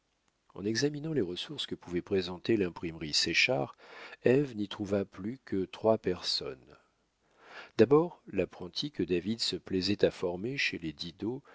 en examinant les ressources que pouvait présenter l'imprimerie séchard ève n'y trouva plus que trois personnes d'abord l'apprenti que david se plaisait à former chez les didot